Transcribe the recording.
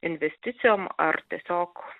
investicijom ar tiesiog